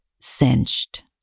cinched